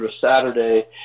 saturday